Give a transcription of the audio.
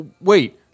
Wait